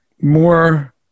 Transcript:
more